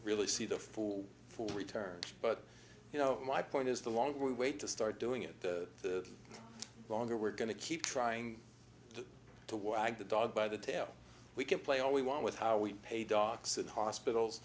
really see the fall for returns but you know my point is the longer we wait to start doing it the longer we're going to keep trying to war and the dog by the tail we can play all we want with how we pay dogs and hospitals